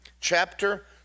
chapter